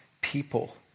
people